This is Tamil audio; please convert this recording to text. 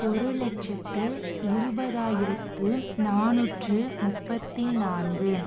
ஒரு லட்சத்து இருபதாயிரத்து நானூற்று முப்பத்தி நான்கு